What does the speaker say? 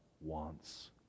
wants